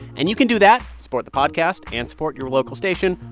and you can do that, support the podcast and support your local station,